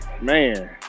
Man